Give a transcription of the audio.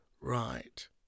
Right